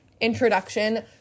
introduction